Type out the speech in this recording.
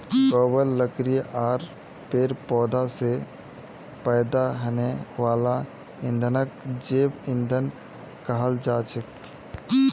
गोबर लकड़ी आर पेड़ पौधा स पैदा हने वाला ईंधनक जैव ईंधन कहाल जाछेक